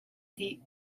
dih